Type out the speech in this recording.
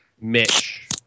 Mitch